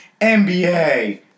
NBA